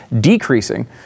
decreasing